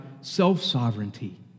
self-sovereignty